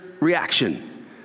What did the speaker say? reaction